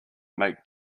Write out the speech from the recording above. make